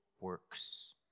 works